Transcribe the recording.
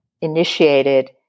initiated